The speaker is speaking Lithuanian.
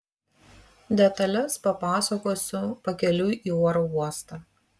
detales papasakosiu pakeliui į oro uostą